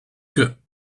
que